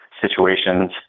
situations